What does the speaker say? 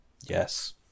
Yes